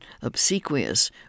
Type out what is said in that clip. obsequious